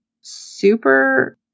super